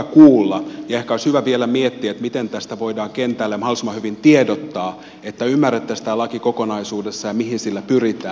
ehkä olisi hyvä vielä miettiä miten tästä voidaan kentälle mahdollisimman hyvin tiedottaa niin että ymmärrettäisiin tämä laki kokonaisuudessan ja se mihin sillä pyritään